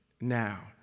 now